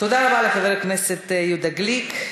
תודה רבה לחבר הכנסת יהודה גליק.